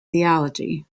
theology